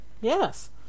Yes